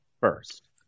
first